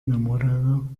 enamorado